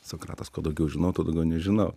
sokratas kuo daugiau žinau tuo daugiau nežinau